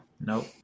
Nope